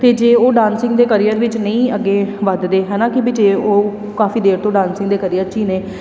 ਅਤੇ ਜੇ ਉਹ ਡਾਂਸਿੰਗ ਦੇ ਕਰੀਅਰ ਵਿੱਚ ਨਹੀਂ ਅੱਗੇ ਵੱਧਦੇ ਹੈ ਨਾ ਕਿ ਵੀ ਜੇ ਉਹ ਕਾਫੀ ਦੇਰ ਤੋਂ ਡਾਂਸਿੰਗ ਦੇ ਕਰੀਅਰ 'ਚ ਨੇ